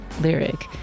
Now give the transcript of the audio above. lyric